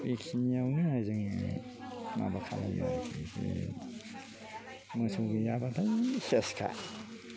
बेखिनियावनो जोङो माबा खालमो आरिखि बे मोसौ गैयाबाथाय सेसखा